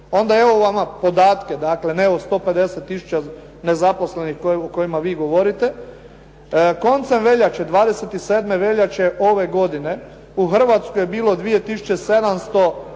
onda evo vam podatke ne o 150 tisuća nezaposlenih o kojima vi govorite. Koncem veljače, 27. veljače ove godine u Hrvatskoj je bilo 2